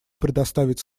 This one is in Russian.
предоставить